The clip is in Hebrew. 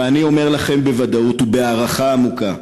ואני אומר לכם בוודאות ובהערכה עמוקה: